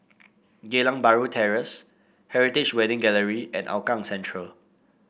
Geylang Bahru Terrace Heritage Wedding Gallery and Hougang Central